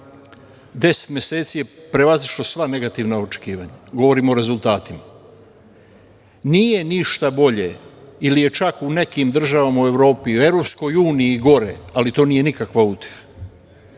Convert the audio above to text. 10 meseci, prevazišlo sva negativna očekivanja. Govorim o rezultatima. Nije ništa bolje, ili je čak u nekim državama u Evropi, EU, i gore, ali to nije nikakva